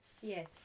Yes